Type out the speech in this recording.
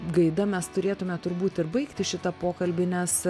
gaida mes turėtume turbūt ir baigti šitą pokalbį nes